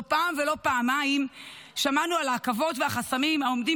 לא פעם ולא פעמיים שמענו על העכבות והחסמים העומדים